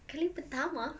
kali pertama